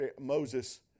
Moses